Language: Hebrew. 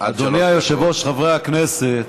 אדוני היושב-ראש, חברי הכנסת,